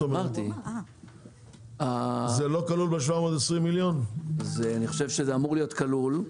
זה אמור להיות כלול.